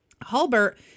Hulbert